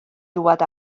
dŵad